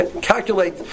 calculate